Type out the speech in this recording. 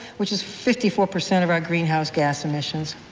which is fifty four percent of our greenhouse gas emissions.